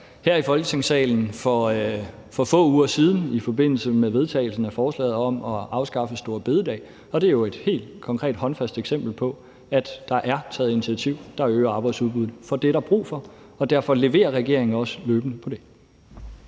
her i Folketingssalen for få uger siden i forbindelse med vedtagelsen af forslaget om at afskaffe store bededag, og det er jo et helt konkret, håndfast eksempel på, at der er taget et initiativ, der øger arbejdsudbuddet. For det er der brug for, og derfor leverer regeringen også løbende på det.